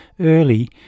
early